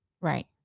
Right